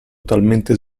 talmente